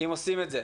אם עושים את זה,